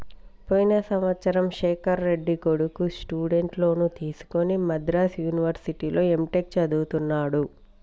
పోయిన సంవత్సరము శేఖర్ రెడ్డి కొడుకు స్టూడెంట్ లోన్ తీసుకుని మద్రాసు యూనివర్సిటీలో ఎంటెక్ చదువుతున్నడు